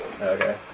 Okay